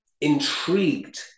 intrigued